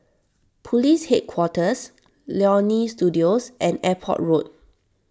Police Headquarters Leonie Studio and Airport Road